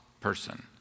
person